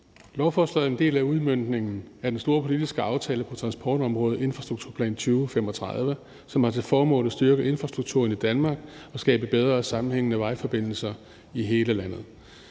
Lovforslaget er en del af udmøntningen af den store politiske aftale på transportområdet, infrastrukturplan 2035, som har til formål at styrke infrastrukturen i Danmark og skabe bedre sammenhængende vejforbindelser i hele landet.